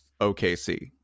OKC